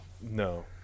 No